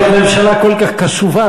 זאת ממשלה כל כך קשובה,